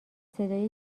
صدای